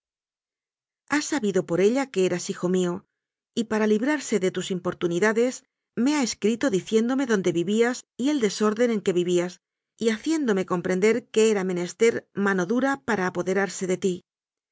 ha sabido por ella que eras hijo mío y para librarse de tus importunidades me ha escrito di ciéndome dónde vivías y el desorden en que vivías y haciéndome comprender que era menester mano dura para apoderarse de ti